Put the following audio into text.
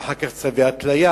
ואחר כך צווי התליה,